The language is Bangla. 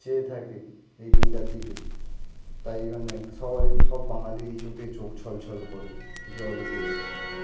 চেয়ে থাকে এই দিনটার দিকে তাই জন্যে সবারই সব বাঙালি চোখে চোখ ছলছল করে জল এসে যাই চোখে